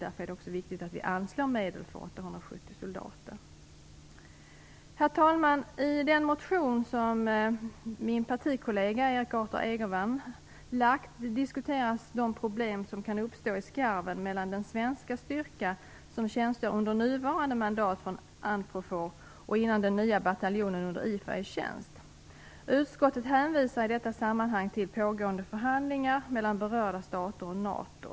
Därför är det viktig att vi anslår medel för 870 soldater. Herr talman! I den motion som min partikollega Erik Arthur Egervärn lagt diskuteras de problem som kan uppstå i skarven mellan den svenska styrka som tjänstgör under nuvarande mandat för Unprofor och innan den nya bataljonen under IFOR är i tjänst. Utskottet hänvisar i detta sammanhang till pågående förhandlingar mellan berörda stater och NATO.